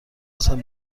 هستم